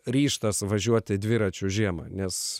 ryžtas važiuoti dviračiu žiemą nes